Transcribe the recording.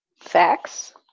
Facts